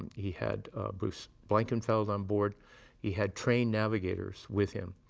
he had bruce blankenfeld on board he had trained navigators with him.